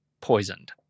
poisoned